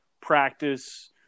practice